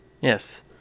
Yes